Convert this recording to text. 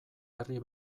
herri